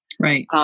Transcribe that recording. Right